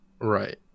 Right